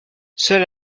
seul